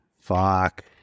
Fuck